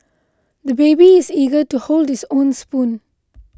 the baby is eager to hold his own spoon